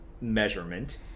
measurement